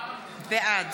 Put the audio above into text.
בעד